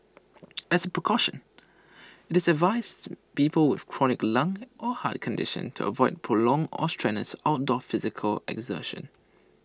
as A precaution IT advised people with chronic lung or heart conditions to avoid prolonged or strenuous outdoor physical exertion